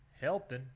Helping